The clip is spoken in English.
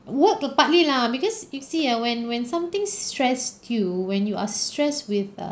work too partly lah because you see ah when when something stressed you when you are stressed with a